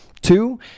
Two